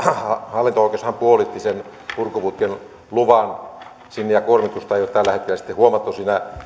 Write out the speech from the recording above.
hallinto oikeushan puolitti sen purkuputken luvan sinne ja kuormitusta ei ole tällä hetkellä sitten huomattu siinä